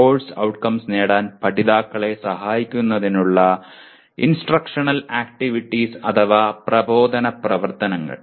course outcomes നേടാൻ പഠിതാക്കളെ സഹായിക്കുന്നതിനുള്ള ഇൻസ്ട്രക്ഷണൽ ആക്ടിവിറ്റീസ് അഥവാ പ്രബോധന പ്രവർത്തനങ്ങൾ